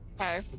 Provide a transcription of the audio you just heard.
Okay